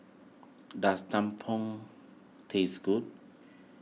does Tumpeng tastes good